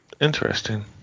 Interesting